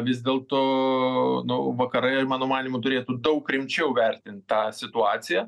vis dėl to nu vakarai ir mano manymu turėtų daug rimčiau vertint tą situaciją